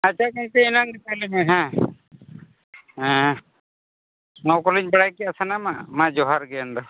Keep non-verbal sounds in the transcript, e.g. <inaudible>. ᱟᱪᱪᱷᱟ ᱟᱪᱪᱷᱟ ᱟᱪᱪᱷᱟ ᱮᱱᱟᱱ <unintelligible> ᱦᱮᱸ ᱦᱮᱸ ᱱᱚᱣᱟ ᱠᱚᱞᱤᱧ ᱵᱟᱲᱟᱭ ᱠᱮᱜᱼᱟ ᱥᱟᱱᱟᱢᱟᱜ ᱢᱟ ᱡᱚᱦᱟᱨᱜᱮ ᱮᱱᱫᱚ